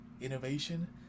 innovation